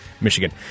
Michigan